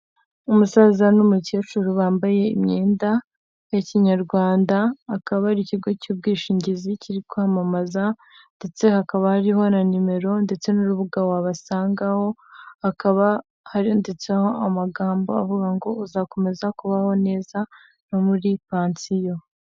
Umusaza n'umukecuru bambaye imyenda ya kinyarwanda akaba ari ikigo cy'ubwishingizi kiri kwamamaza ndetse hakaba hariho na numero ndetse n'urubuga wabasangaho, akaba handitseho amagambo avuga ngo uzakomeza kubaho neza no muri pansiyo.